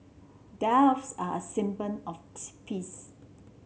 doves are a of peace